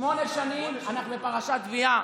שמונה שנים אנחנו בפרשת תביעה.